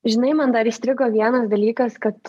žinai man dar įstrigo vienas dalykas kad